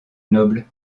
noble